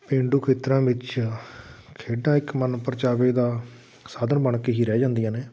ਪੇਡੂ ਖੇਤਰਾਂ ਵਿੱਚ ਖੇਡਾਂ ਇੱਕ ਮਨ ਪਰਚਾਵੇ ਦਾ ਸਾਧਨ ਬਣ ਕੇ ਹੀ ਰਹਿ ਜਾਂਦੀਆਂ ਨੇ